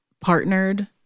partnered